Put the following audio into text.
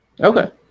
Okay